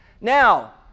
Now